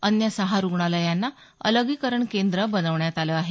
अन्य सहा रुग्णालयांना अलगीकरण केंद्र बनवण्यात आलं आहे